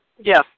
Yes